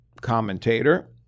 commentator